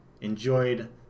enjoyed